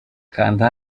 kanda